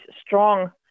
strong